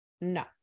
No